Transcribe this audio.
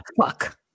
Fuck